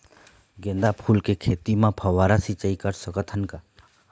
गेंदा फूल के खेती म फव्वारा सिचाई कर सकत हन का?